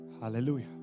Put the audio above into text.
Hallelujah